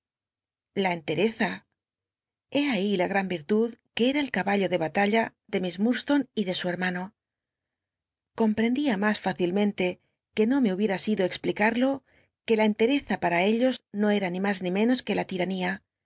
la entereza hé lhi la gtau it'llhi que eta el caballo de batalla de miss jhul tour y de su hcrmarlo compt cndia mas f icilmrutc u no me hu bieta sido explkado que la cntctcza rwa l'llos no era ni mas ni menos que la tiranía